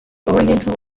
oriental